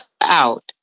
out